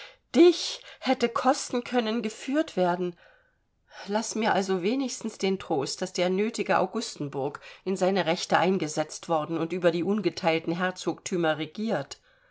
dich hätte kosten können geführt werden laß mir also wenigstens den trost daß der nötige augustenburg in seine rechte eingesetzt worden und über die ungeteilten herzogtümer regiert